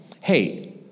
hey